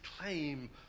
claim